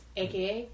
aka